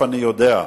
אני יודע,